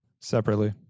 Separately